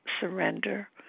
surrender